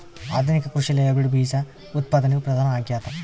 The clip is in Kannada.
ಆಧುನಿಕ ಕೃಷಿಯಲ್ಲಿ ಹೈಬ್ರಿಡ್ ಬೇಜ ಉತ್ಪಾದನೆಯು ಪ್ರಧಾನ ಆಗ್ಯದ